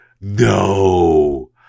No